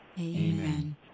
Amen